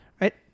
right